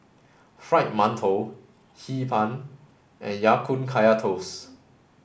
Fried Mantou Hee Pan and Ya Kun Kaya Toast